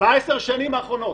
בעשור האחרון.